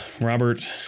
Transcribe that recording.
Robert